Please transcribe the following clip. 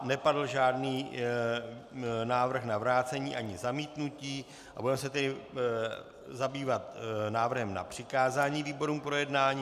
Nepadl žádný návrh na vrácení ani zamítnutí, budeme se tedy zabývat návrhem na přikázání výborům k projednání.